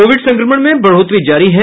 Covid संक्रमण में बढोतरी जारी है